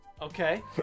Okay